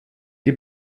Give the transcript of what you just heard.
die